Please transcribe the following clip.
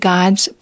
God's